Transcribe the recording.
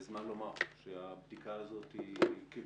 זמן לומר שהבדיקה הזאת ככללה,